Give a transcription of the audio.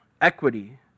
equity